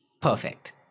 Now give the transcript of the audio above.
perfect